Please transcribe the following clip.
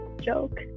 joke